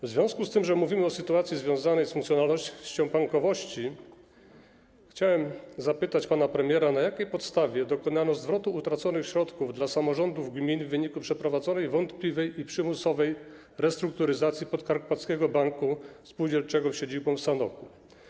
W związku z tym, że mówimy o sytuacji związanej z funkcjonalnością bankowości, chciałem zapytać pana premiera, na jakiej podstawie dokonano zwrotu utraconych środków dla samorządów gmin w wyniku przeprowadzonej wątpliwej i przymusowej restrukturyzacji Podkarpackiego Banku Spółdzielczego z siedzibą w Sanoku.